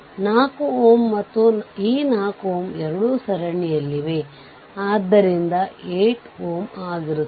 ಆದ್ದರಿಂದ ಈ ಮೆಶ್ ನ ಸಮೀಕರಣ 2 i1 6 160 ಆಗಿದೆ